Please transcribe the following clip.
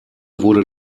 wurde